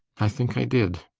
i think i did.